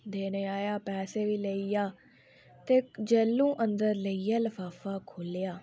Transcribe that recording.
देने गी आया पैसे बी लेई गेआ ते जैल्लूं अंदर लेइयै लफाफा खोल्लेआ